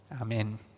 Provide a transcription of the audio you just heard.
Amen